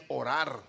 orar